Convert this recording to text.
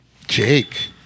Jake